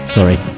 Sorry